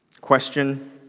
Question